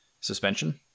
suspension